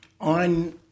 On